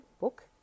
book